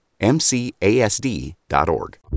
MCASD.org